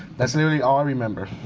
that's literally all i remember.